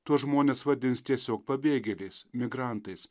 tuos žmones vadins tiesiog pabėgėliais migrantais